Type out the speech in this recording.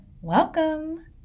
welcome